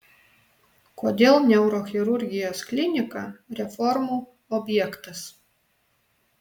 kodėl neurochirurgijos klinika reformų objektas